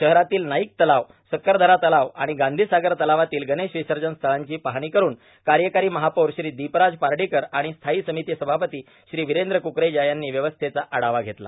शहरातील नाईक तलाव सक्करदरा तलाव आर्भाण गांधीसागर तलावावरोल गणेश विसजनस्थळांची पाहणी करून कायकारो महापौर श्री दोपराज पार्डाकर र्आण स्थायी स्थामती सभापती श्री वीरद्र कुकरेजा यांनी व्यवस्थेचा आढावा घेतला